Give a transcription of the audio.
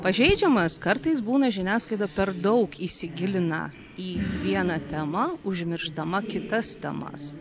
pažeidžiamas kartais būna žiniasklaida per daug įsigilina į vieną temą užmiršdama kitas temas